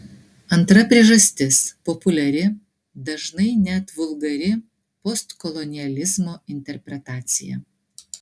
antra priežastis populiari dažnai net vulgari postkolonializmo interpretacija